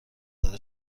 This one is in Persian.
داده